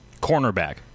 cornerback